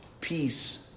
peace